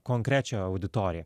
konkrečią auditoriją